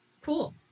cool